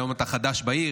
היום אתה חדש בעיר,